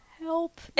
Help